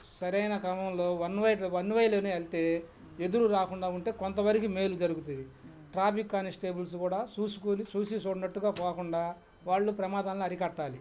సరైన క్రమంలో వన్వే వన్వేలోనే వెళ్తే ఎదురు రాకుండా ఉంటే కొంత వరకి మేలు జరుగుతుంది ట్రాఫిక్ కానిస్టేబుల్స్ కూడా చూసుకొని చూసి చూడనట్టుగా పోకుండా వాళ్ళు ప్రమాదాలను అరికట్టాలి